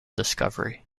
discovery